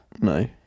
No